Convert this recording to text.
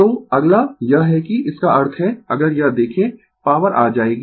तो अगला यह है कि इसका अर्थ है अगर यह देखें पॉवर आ जाएगी